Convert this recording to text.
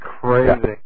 crazy